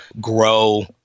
grow